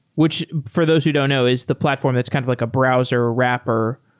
which for those who don't know is the platform that's kind of like a browser or a wrapper,